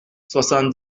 soixante